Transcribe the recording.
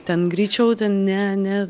ten greičiau ten ne ne